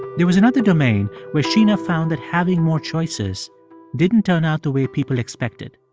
there was another domain where sheena found that having more choices didn't turn out the way people expected.